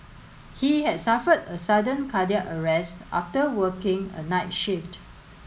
he had suffered a sudden cardiac arrest after working a night shift